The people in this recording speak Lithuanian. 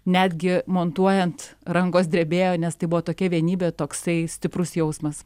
netgi montuojant rankos drebėjo nes tai buvo tokia vienybė toksai stiprus jausmas